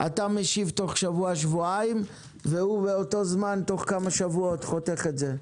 אתה תשיב תוך שבוע שבועיים ועדן בר טל תוך כמה שבועות יחתוך את זה.